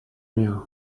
meal